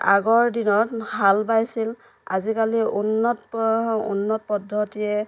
আগৰ দিনত হাল বাইছিল আজিকালি উন্নত উন্নত পদ্ধতিৰে